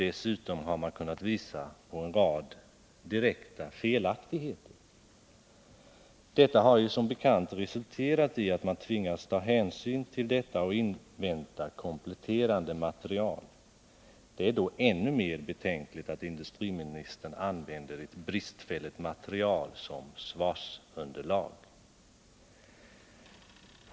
En rad direkta felaktigheter har påvisats. Man har som bekant också tvingats ta hänsyn till detta och invänta kompletterande material. Det är då ännu mer betänkligt att industriministern använder detta bristfälliga material som svarsunderlag.